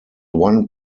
one